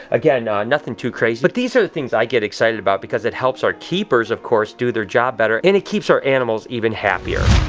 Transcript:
again, nothing too crazy, but these are the things i get excited about because it helps our keepers, of course, do their job better and it keeps our animals even happier.